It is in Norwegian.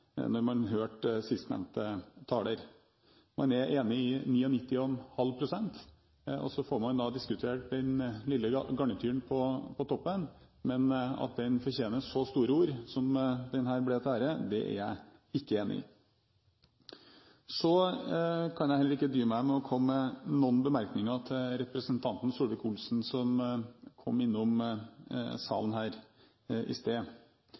hørte siste taler. Man er enig i 99,5 pst., og så får man diskutere det lille garnityret på toppen, men at det fortjener så store ord som det her ble til ære, er jeg ikke enig i. Så kan jeg heller ikke dy meg for å komme med noen bemerkninger til representanten Solvik-Olsen, som kom innom salen her i sted.